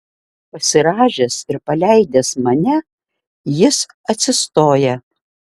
pasirąžęs ir paleidęs mane jis atsistoja